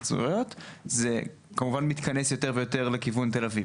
זכויות זה כמובן מתכנס יותר ויותר לכיוון תל אביב.